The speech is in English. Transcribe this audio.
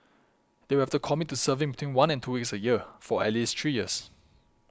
they will have to commit to serving between one and two weeks a year for at least three years